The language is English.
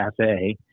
cafe